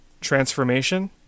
transformation